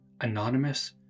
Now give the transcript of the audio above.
anonymous